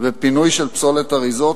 ופינוי של פסולת אריזות,